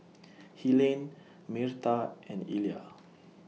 Helaine Myrta and Illya